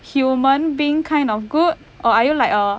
human being kind of good or are you like a